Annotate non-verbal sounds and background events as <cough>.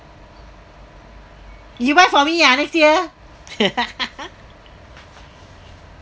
you'll buy for me ah next year <laughs>